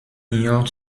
ignore